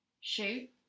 shoot